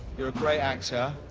you're a great actor,